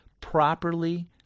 Properly